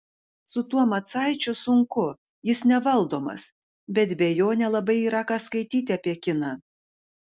su tuo macaičiu sunku jis nevaldomas bet be jo nelabai yra ką skaityti apie kiną